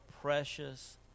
precious